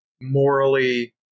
morally